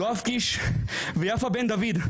יואב קיש ויפה בן דוד,